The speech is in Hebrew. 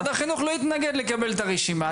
משרד החינוך לא התנגד לקבל את הרשימה.